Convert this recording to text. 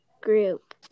group